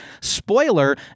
spoiler